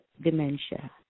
dementia